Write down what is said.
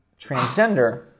transgender